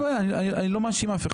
אני לא מאשים אף אחד.